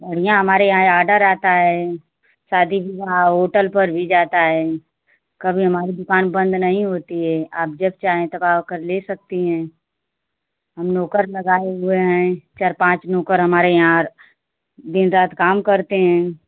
यहाँ हमारे यहाँ ऑर्डर आता है शादी हुआ होटल पर भी जाता है कभी हमारी दुकान बंद नहीं होती है आप जब चाहें तब आकर ले सकती हैं हम नौकर लगाए हुए हैं चार पाँच नौकर हमारे यहाँ दिन रात काम करते हैं